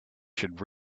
should